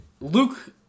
Luke